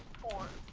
for